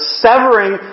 severing